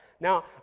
Now